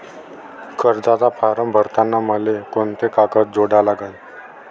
कर्जाचा फारम भरताना मले कोंते कागद जोडा लागन?